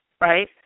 Right